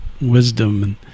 wisdom